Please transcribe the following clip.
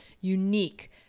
unique